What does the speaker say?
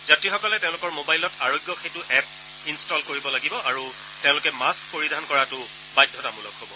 যাত্ৰীসকলে তেওঁলোকৰ মবাইলত আৰোগ্য সেতু এপ ইনষ্টল কৰিব লাগিব আৰু তেওঁলোকে মাস্থ পৰিধান কৰাটো বাধ্যতামূলক হব